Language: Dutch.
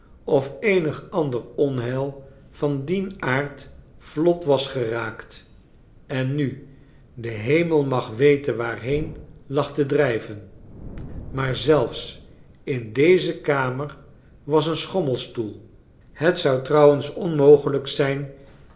of eenig ander onheil van dien aard vlot was geraakt en nu de hemel mag weten waarheen lag te drijven maar zelfs in deze kamer was een schommelstoel het zou trouwens onmogelijk zijn